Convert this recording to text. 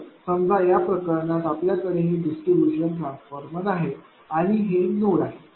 तर समजा या प्रकरणात आपल्याकडे हे डिस्ट्रीब्यूशन ट्रान्सफॉर्मर आहे आणि हे नोड आहे